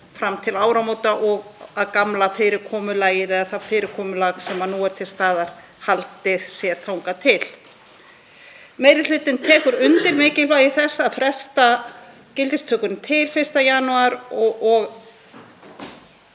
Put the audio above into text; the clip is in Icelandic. fram til áramóta og að gamla fyrirkomulagið, eða það fyrirkomulag sem nú er til staðar, haldi sér þangað til. Meiri hlutinn tekur undir mikilvægi þess að fresta gildistökunni til 1. janúar og